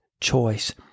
Choice